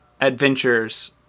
adventures